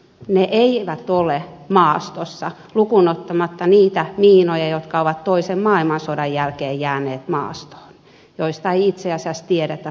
ne eivät ole maastossa lukuun ottamatta niitä miinoja jotka ovat toisen maailmansodan jälkeen jääneet maastoon joista ei itse asiassa tiedetä paljon mitään